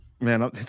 Man